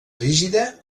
rígida